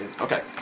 Okay